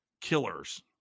killers